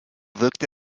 wirkte